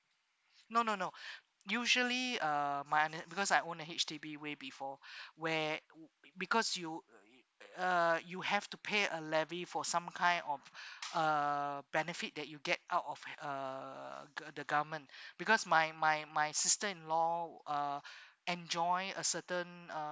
no no no usually uh mine it because I own a H_D_B way before where because you uh you have to pay a levy for some kind of uh benefit that you get out of uh gov~ the government because my my my sister in law uh enjoy a certain uh